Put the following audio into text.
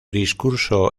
discurso